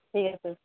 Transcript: ঠিক আছে